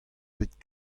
bet